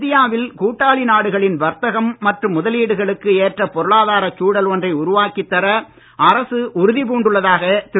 இந்தியாவில் கூட்டாளி நாடுகளின் வர்த்தகம் மற்றும் முதலீடுகளுக்கு ஏற்ற பொருளாதாரச் சூழல் ஒன்றை உருவாக்கித் தர அரசு உறுதி பூண்டுள்ளதாக திரு